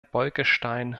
bolkestein